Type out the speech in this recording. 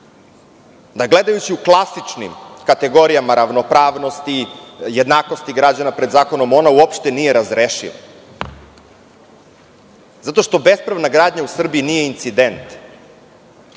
da gledajući u klasičnim kategorija ravnopravnosti i jednakosti građana pred zakonom ona uopšte nije razrešiva, zato što bespravna gradnja u Srbiji nije incident,